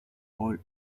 all